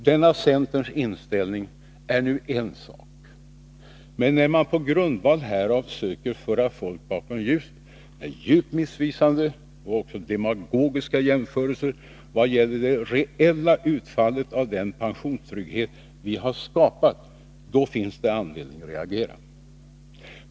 Denna centerns inställning är en sak, men när man på grundval härav söker föra folk bakom ljuset med djupt missvisande och demagogiska jämförelser vad gäller det reella utfallet av den pensionstrygghet vi skapat, då finns det anledning reagera.